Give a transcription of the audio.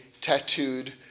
tattooed